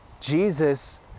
Jesus